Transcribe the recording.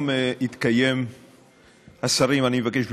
אני מבקש,